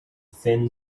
thin